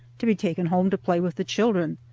to be taken home to play with the children.